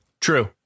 True